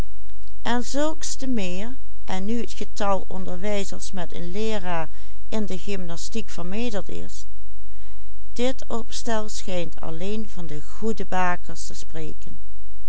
in de gymnastiek vermeerderd is dit opstel schijnt alleen van de goede bakers te spreken